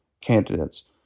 candidates